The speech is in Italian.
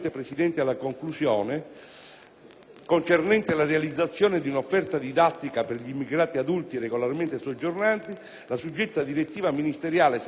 concernente la realizzazione di un'offerta didattica per gli immigrati adulti regolarmente soggiornanti, la suddetta direttiva ministeriale n. 69 del 6 agosto 2008